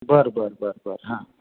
बरं बरं बरं बरं हां